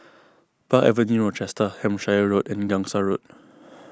Park Avenue Rochester Hampshire Road and Gangsa Road